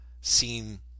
seem